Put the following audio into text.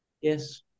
yes